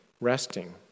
Resting